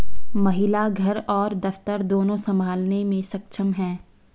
महिला घर और दफ्तर दोनो संभालने में सक्षम हैं